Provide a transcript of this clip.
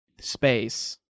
space